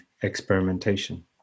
experimentation